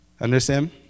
Understand